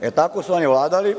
E, tako su oni vladali,